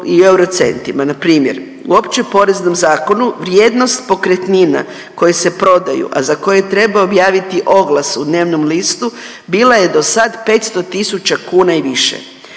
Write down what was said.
i euro centima. Npr. u Općem poreznom zakonu vrijednost pokretnina koje se prodaju, a za koje treba objaviti oglas u dnevnom listu bila je dosada 500.000 kuna i više.